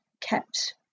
kept